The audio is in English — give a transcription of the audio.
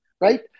right